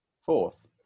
Fourth